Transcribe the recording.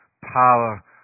power